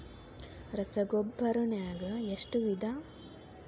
ರಸಗೊಬ್ಬರ ನಾಗ್ ಎಷ್ಟು ವಿಧ?